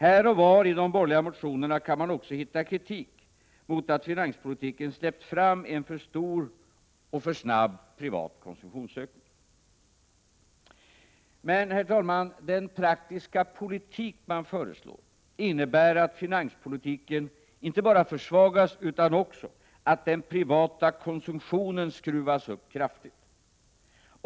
Här och var i de borgerliga motionerna kan man också finna kritik mot att finanspolitiken släppt fram en för stor och för snabb privat konsumtionsökning. Den praktiska politik man föreslår innebär inte bara att finanspolitiken försvagas utan också att den privata konsumtionen skruvas upp kraftigt.